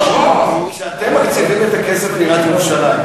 כשאתם מקציבים את הכסף לעיריית ירושלים,